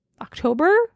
October